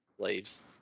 slaves